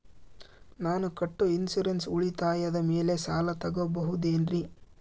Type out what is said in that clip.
ನಾನು ಕಟ್ಟೊ ಇನ್ಸೂರೆನ್ಸ್ ಉಳಿತಾಯದ ಮೇಲೆ ಸಾಲ ತಗೋಬಹುದೇನ್ರಿ?